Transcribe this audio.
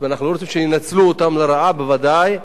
אנחנו לא רוצים שינצלו אותם לרעה, בוודאי,